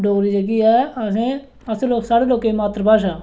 डोगरी जेह्की ऐ असें साढ़े लोकें दी जेह्की मात्तरभाशा